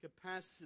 capacity